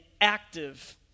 active